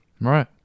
right